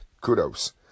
kudos